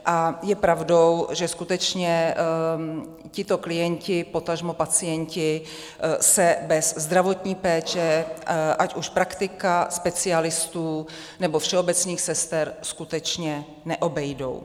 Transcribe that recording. A je pravdou, že skutečně tito klienti, potažmo pacienti, se bez zdravotní péče, ať už praktika, specialistů, nebo všeobecných sester, skutečně neobejdou.